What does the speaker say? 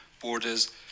borders